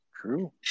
True